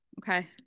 okay